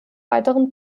weiteren